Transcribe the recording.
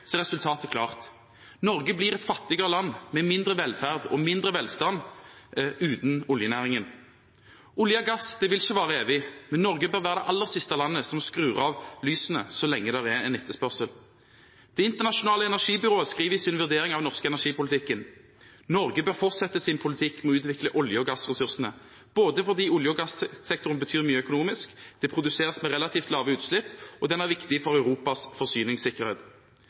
resultatet klart. Norge blir et fattigere land med mindre velferd og mindre velstand uten oljenæringen. Oljen og gassen vil ikke vare evig, men Norge bør være det aller siste landet som skrur av lysene så lenge det er en etterspørsel. Det internasjonale energibyrået skriver i sin vurdering av den norske energipolitikken: «Norge bør fortsette sin politikk med å utvikle olje- og gassressursene, både fordi olje- og gassektoren betyr mye økonomisk, det produseres med relativt lave utslipp og den er viktig for Europas forsyningssikkerhet.»